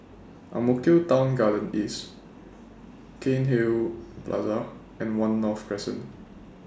Ang Mo Kio Town Garden East Cairnhill Plaza and one North Crescent